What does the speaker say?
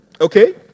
Okay